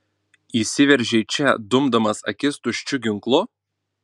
įsiveržei čia dumdamas akis tuščiu ginklu